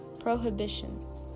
Prohibitions